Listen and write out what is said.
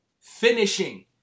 finishing